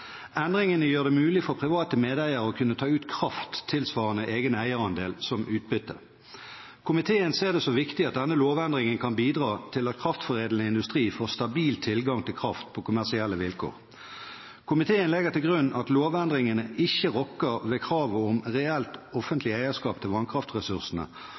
Endringene gjør det mulig for private medeiere å kunne ta ut kraft tilsvarende egen eierandel som utbytte. Komiteen ser det som viktig at denne lovendringen kan bidra til at kraftforedlende industri får stabil tilgang til kraft på kommersielle vilkår. Komiteen legger til grunn at lovendringene ikke rokker ved kravet om reelt offentlig eierskap til vannkraftressursene,